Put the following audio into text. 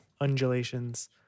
undulations